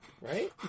right